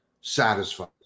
satisfied